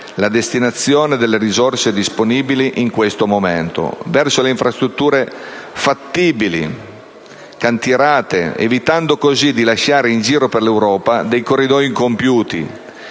la destinazione delle risorse disponibili in questo momento, che potrebbero semmai convergere su infrastrutture fattibili, cantierate, evitando così di lasciare in giro per l'Europa dei corridoi incompiuti,